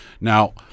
Now